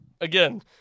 again